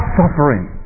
suffering